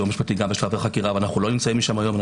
משפטי גם בשלב החקירה ואנו לא נמצאים שם היום,